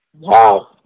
Wow